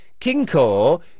kinko